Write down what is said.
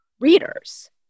readers